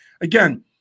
again